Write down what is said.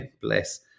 Bless